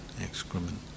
excrement